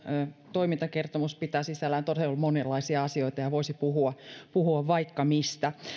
toimintakertomus pitää sisällään todella monenlaisia asioita ja voisi puhua puhua vaikka mistä